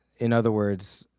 in other words,